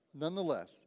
nonetheless